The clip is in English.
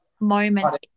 moment